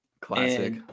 Classic